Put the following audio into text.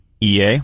EA